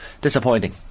disappointing